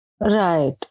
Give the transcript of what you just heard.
Right